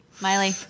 Miley